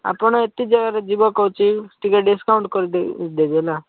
ଆପଣ ଏତେ ଜାଗାରେ ଯିବ କହୁଛି ଟିକେ ଡିସ୍କାଉଣ୍ଟ୍ କରି ଦେବି ହେଲା